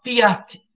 fiat